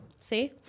See